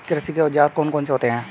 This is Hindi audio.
कृषि के औजार कौन कौन से होते हैं?